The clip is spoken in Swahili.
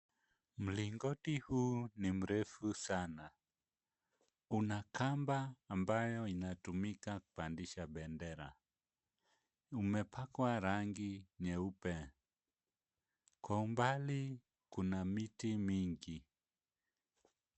Mlingoti huu ni mrefu sana. Kuna kamba ambayo inatumika kupandisha bendera. Umepakwa rangi nyeupe. Kwa umbali kuna miti mingi.